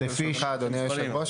אני אתייחס לכך ברשותך אדוני היו"ר.